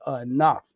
enough